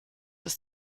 ist